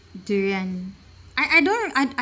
durian I I don't I I